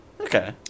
okay